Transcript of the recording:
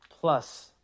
Plus